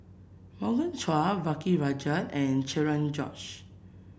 Morgan Chua V K Rajah and Cherian George